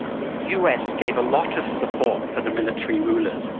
the us gave a lot of support for the military rulers.